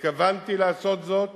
והתכוונתי לעשות זאת